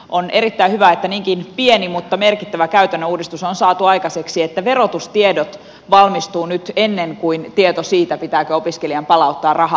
on erittäin hyvä että niinkin pieni mutta merkittävä käytännön uudistus on saatu aikaiseksi että verotustiedot valmistuvat nyt ennen kuin tieto siitä pitääkö opiskelijan palauttaa rahaa